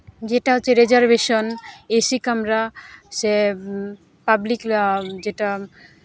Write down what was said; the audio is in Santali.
ᱡᱮᱴᱟ ᱦᱚᱪᱪᱷᱮ ᱨᱤᱡᱟᱨᱵᱷᱮᱥᱚᱱ ᱮᱥᱤ ᱠᱟᱢᱨᱟ ᱥᱮ ᱯᱟᱵᱽᱞᱤᱠ ᱡᱮᱴᱟ